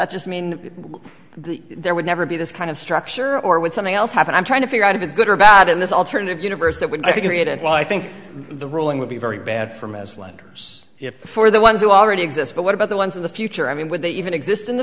that just mean there would never be this kind of structure or would something else happen i'm trying to figure out if it's good or bad in this alternative universe that would be good and well i think the ruling would be very bad for me as lenders for the ones who already exist but what about the ones in the future i mean would they even exist in the